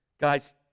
Guys